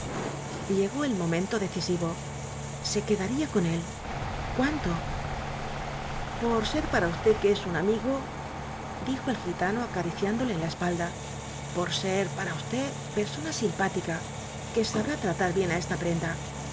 llegó el momento decisivo se quedaría con él cuánto por ser para usted que es un amigodijo el gitano acariciándole en la espaldapor ser para usted persona simpática que sabrá tratar bien á esta prenda